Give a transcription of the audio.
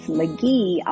McGee